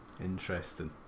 Interesting